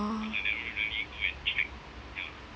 oh